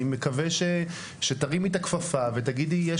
אני מקווה שתרימי את הכפפה ותגידי יש